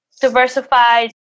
diversified